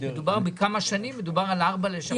בכמה שנים מדובר על ארבע לשכות.